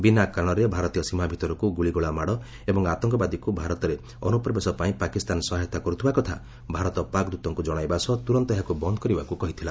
ବିନା କାରଣରେ ଭାରତୀୟ ସୀମା ଭିତରକୁ ଗୁଳିଗୋଳା ମାଡ଼ ଏବଂ ଆତଙ୍କବାଦୀଙ୍କୁ ଭାରତରେ ଅନୁପ୍ରବେଶ ପାଇଁ ପାକିସ୍ତାନ ସହାୟତା କରୁଥିବା କଥା ଭାରତ ପାକ୍ ଦୃତଙ୍କୁ ଜଣାଇବା ସହ ତୁରନ୍ତ ଏହାକୁ ବନ୍ଦ କରିବାକୁ କହିଥିଲା